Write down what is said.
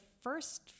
first